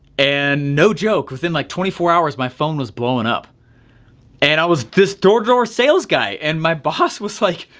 and no joke within like twenty four hours my phone was blowing up and i was this door to door sales guy and my boss was like,